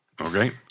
Okay